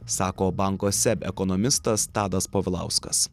sako banko seb ekonomistas tadas povilauskas